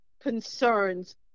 concerns